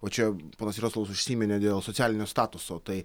o čia ponas jaroslavas užsiminė dėl socialinio statuso tai